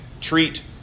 treat